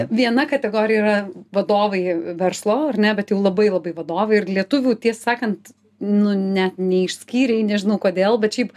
viena kategorija yra vadovai verslo ar ne bet jau labai labai vadovai ir lietuvių tiesą sakant nu net neišskyrei nežinau kodėl bet šiaip